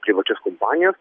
privačias kompanijas